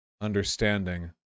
understanding